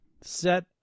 set